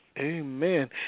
Amen